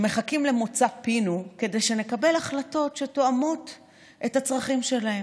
שמחכים למוצא פינו כדי שנקבל החלטות שתואמות את הצרכים שלהם.